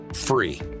free